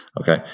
okay